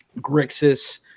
grixis